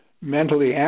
mentally